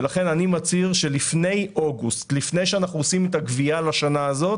לכן אני מצהיר שלפני אוגוסט לפני שאנחנו עושים את הגבייה לשנה הזאת